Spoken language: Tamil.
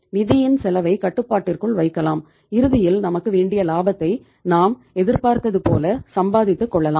நிதியின் செலவை கட்டுப்பாட்டிற்குள் வைக்கலாம் இறுதியில் நமக்கு வேண்டிய லாபத்தை நாம் எதிர்பார்த்தது போல சம்பாதித்துக் கொள்ளலாம்